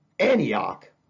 Antioch